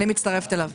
אני מצטרפת אליו.